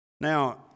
Now